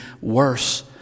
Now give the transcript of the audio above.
worse